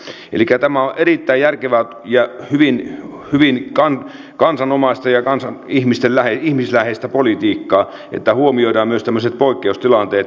elikkä tämä on erittäin järkevää ja hyvin kansanomaista ja ihmisläheistä politiikkaa että huomioidaan myös tämmöiset poikkeustilanteet positiivisesti